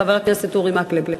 חבר הכנסת אורי מקלב.